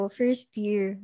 first-year